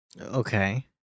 Okay